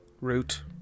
root